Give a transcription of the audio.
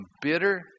bitter